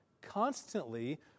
constantly